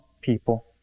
people